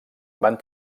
van